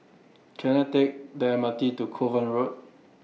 Can I Take The M R T to Kovan Road